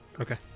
Okay